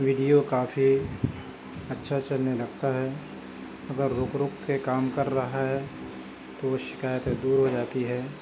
video کافی اچھا چلنے لگتا ہے اگر رک رک کے کام کر رہا ہے تو وہ شکایتیں دور ہو جاتی ہیں